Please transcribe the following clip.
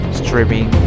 streaming